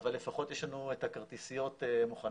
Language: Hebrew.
אבל לפחות יש לנו את הכרטיסיות מוכנות.